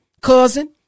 cousin